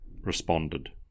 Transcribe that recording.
responded